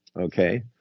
okay